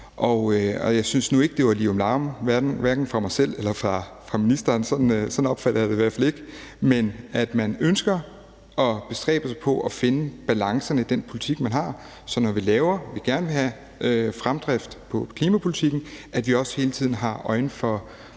Og jeg synes nu ikke, at det, som jeg og ministeren svarede, var lirumlarum; sådan opfattede jeg det i hvert fald ikke. Men vi ønsker og bestræber os på at finde balancerne i den politik, vi har, sådan at vi, når vi vil have fremdrift på klimapolitikken, også hele tiden har øje for